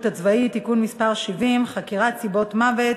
הצבאי (תיקון מס' 70) (חקירת סיבת מוות),